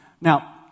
Now